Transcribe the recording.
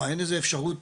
אין איזו אפשרות,